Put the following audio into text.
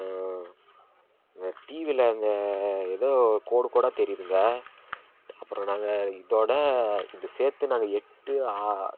டிவியில் அந்த ஏதோ கோடு கோடாக தெரியுதுங்க அப்புறம் நாங்கள் இதோடு இது சேர்த்து நாங்கள் எட்டு ஆற் எட்டாக